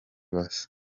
basa